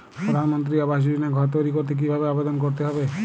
প্রধানমন্ত্রী আবাস যোজনায় ঘর তৈরি করতে কিভাবে আবেদন করতে হবে?